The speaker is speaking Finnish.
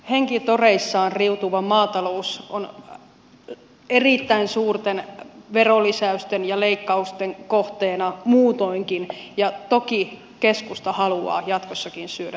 henkitoreissaan riutuva maatalous on erittäin suurten veronlisäysten ja leikkausten kohteena muutoinkin ja toki keskusta haluaa jatkossakin syödä suomalaista ruokaa